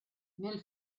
nel